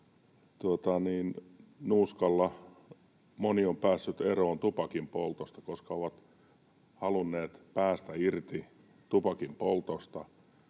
nuuskalla moni on päässyt eroon tupakinpoltosta, koska he ovat halunneet päästä irti tupakinpoltosta,